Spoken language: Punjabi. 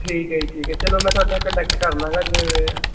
ਠੀਕ ਹੈ ਜੀ ਠੀਕ ਹੈ ਚੱਲੋ ਮੈਂ ਤੁਹਾਡੇ ਨਾਲ ਕੰਨਟੈਕਟ ਕਰ ਲਵਾਂਗਾ ਜਿਵੇਂ ਵੀ ਹੋਇਆ